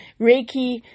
Reiki